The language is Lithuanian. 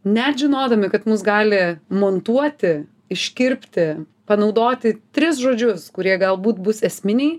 net žinodami kad mus gali montuoti iškirpti panaudoti tris žodžius kurie galbūt bus esminiai